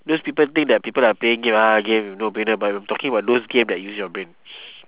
those people think that people are playing game ah game no-brainer but I'm talking about those game that use your brain